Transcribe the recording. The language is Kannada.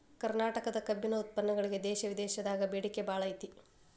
ಕರ್ನಾಟಕ ಕಬ್ಬಿನ ಉತ್ಪನ್ನಗಳಿಗೆ ದೇಶ ವಿದೇಶದಾಗ ಬೇಡಿಕೆ ಬಾಳೈತಿ